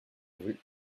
rue